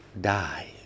Die